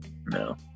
No